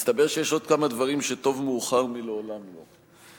מסתבר שיש עוד כמה דברים שטוב מאוחר מלעולם לא.